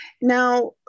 Now